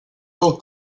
del